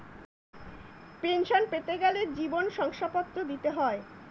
pension পেতে গেলে জীবন শংসাপত্র দিতে হয়